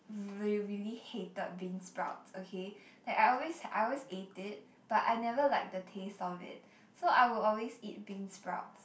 re~ really hated beansprouts okay like I always I always ate it but I never like the taste of it so I would always eat beansprouts